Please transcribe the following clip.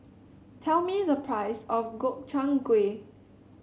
tell me the price of Gobchang Gui